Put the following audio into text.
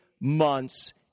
Months